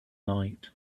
night